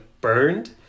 burned